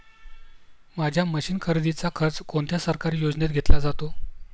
माझ्या मशीन खरेदीचा खर्च कोणत्या सरकारी योजनेत घेतला जातो?